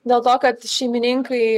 dėl to kad šeimininkai